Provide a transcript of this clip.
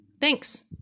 Thanks